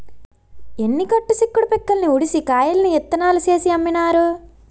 ఎన్ని కట్టు చిక్కుడు పిక్కల్ని ఉడిసి కాయల్ని ఇత్తనాలు చేసి అమ్మినారు